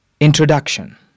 Introduction